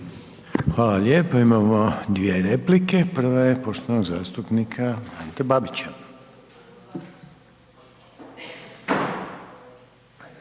Hvala lijepo. Imamo dvije replike. Prva je poštovanog zastupnika Ante Babića.